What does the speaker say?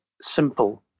simple